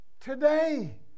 Today